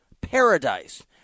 paradise